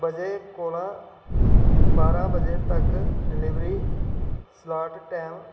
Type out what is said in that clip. बजे कोला बारां बजे तक डिलीवरी स्लाट टैम